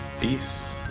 peace